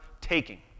taking